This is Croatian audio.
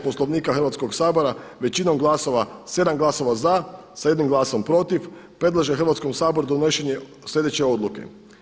Poslovnika Hrvatskog sabora većinom glasova 7 glasova za sa 1 glasom protiv predlaže Hrvatskom saboru donošenje sljedeće odluke.